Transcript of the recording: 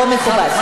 לא מכובד.